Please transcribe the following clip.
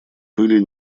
пыли